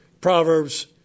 Proverbs